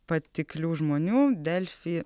patiklių žmonių delfi